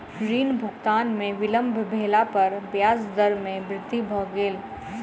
ऋण भुगतान में विलम्ब भेला पर ब्याज दर में वृद्धि भ गेल